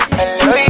hello